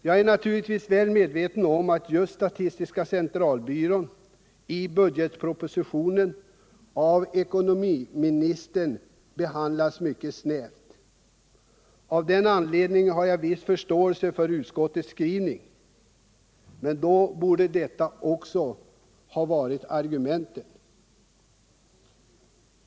Jag är naturligtvis väl medveten om att just statistiska centralbyrån av ekonomiministern behandlats mycket snävt i budgetpropositionen. Av den anledningen har jag viss förståelse för utskottets skrivning. Men då borde detta också ha varit argumentet.